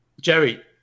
Jerry